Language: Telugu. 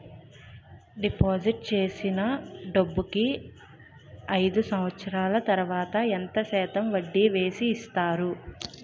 డిపాజిట్ చేసిన డబ్బుకి అయిదు సంవత్సరాల తర్వాత ఎంత శాతం వడ్డీ వేసి ఇస్తారు?